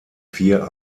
vier